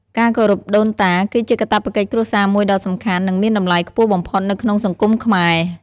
ការគោរពដូនតា គឺជាកាតព្វកិច្ចគ្រួសារមួយដ៏សំខាន់ និងមានតម្លៃខ្ពស់បំផុតនៅក្នុងសង្គមខ្មែរ។